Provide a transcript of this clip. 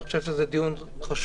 אני חושב שזה דיון חשוב.